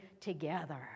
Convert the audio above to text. together